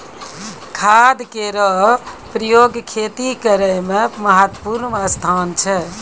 खाद केरो प्रयोग खेती करै म महत्त्वपूर्ण स्थान छै